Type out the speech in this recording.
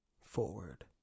forward